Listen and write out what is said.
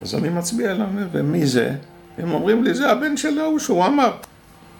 אז אני מצביע עליו, אומר, ומי זה? והם אומרים לי, זה הבן שלו, שהוא אמר